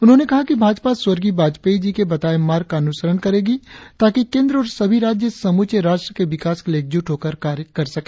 उन्होंने कहा कि भाजपा स्वर्गीय वाजपेयी जी के बताये मार्ग का अनुसरण करेगी ताकि केंद्र और सभी राज्य समूचे राष्ट्र के विकास के लिए एकजूट होकर कार्य कर सके